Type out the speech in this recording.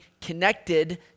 connected